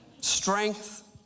Strength